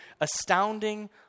astounding